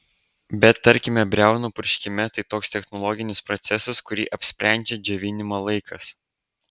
bet tarkime briaunų purškime tai toks technologinis procesas kurį apsprendžia džiovinimo laikas